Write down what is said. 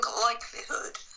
likelihood